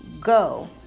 Go